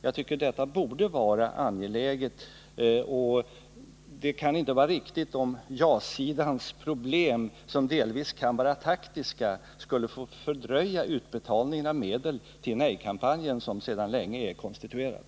Jag tycker att detta borde vara angeläget. Det kan inte vara riktigt om ja-sidans problem, som delvis kan vara taktiska, skulle få fördröja utbetalningen av medel till nej-kampanjen, som sedan länge är konstituerad.